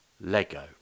Lego